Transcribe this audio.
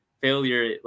failure